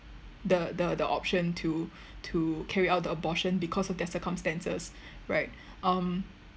the the the option to to carry out the abortion because of there's a consensus right um